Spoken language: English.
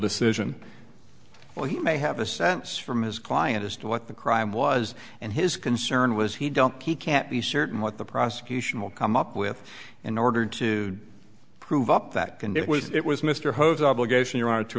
decision well he may have a sense from his client as to what the crime was and his concern was he don't he can't be certain what the prosecution will come up with in order to prove up that can it was it was mr hose obligation your honor to